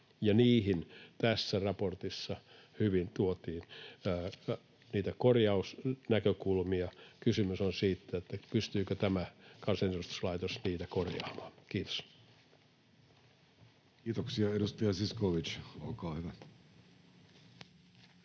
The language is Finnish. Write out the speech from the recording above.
niihin tässä raportissa hyvin tuotiin niitä korjausnäkökulmia. Kysymys on siitä, pystyykö tämä kansanedustuslaitos niitä korjaamaan. — Kiitos. Kiitoksia. — Edustaja Zyskowicz, olkaa hyvä.